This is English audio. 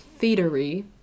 theatery